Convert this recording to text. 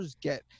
get